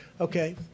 Okay